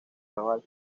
naval